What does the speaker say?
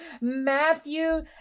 Matthew